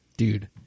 Dude